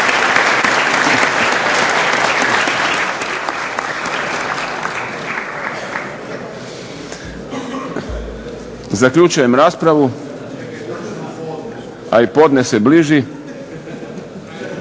Zaključujem raspravu a i podne se bliži.